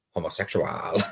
Homosexual